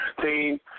team